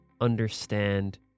understand